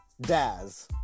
Daz